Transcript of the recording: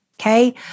Okay